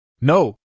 No